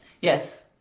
yes